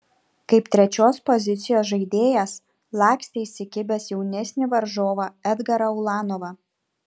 kaip trečios pozicijos žaidėjas lakstė įsikibęs jaunesnį varžovą edgarą ulanovą